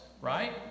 right